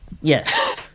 Yes